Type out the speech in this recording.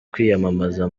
kwiyamamaza